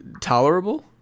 tolerable